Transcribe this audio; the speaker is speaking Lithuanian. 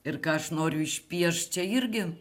ir ką aš noriu išpiešt čia irgi